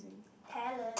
talent